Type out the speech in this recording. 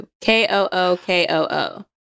K-O-O-K-O-O